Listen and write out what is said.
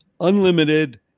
unlimited